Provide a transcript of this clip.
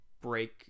break